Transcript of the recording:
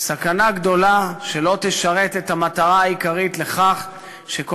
סכנה גדולה שלא תשרת את המטרה העיקרית שכל